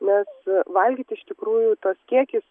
nes valgyti iš tikrųjų tas kiekis